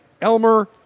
Elmer